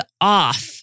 off